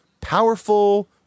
powerful